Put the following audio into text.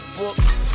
books